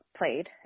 played